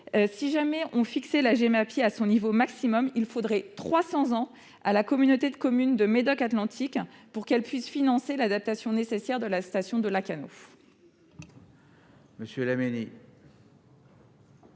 Si l'on fixait cette taxe à son niveau maximal, il faudrait trois cents ans à la communauté de communes Médoc Atlantique pour qu'elle puisse financer l'adaptation nécessaire de la station de Lacanau.